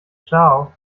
ciao